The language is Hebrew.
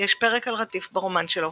יש פרק על רטיף ברומן שלו